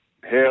Hell